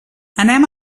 anem